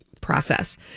process